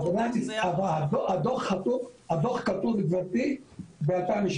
גברתי, הדוח כתוב ב-2017.